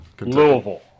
Louisville